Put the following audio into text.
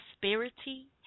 prosperity